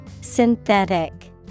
Synthetic